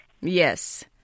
Yes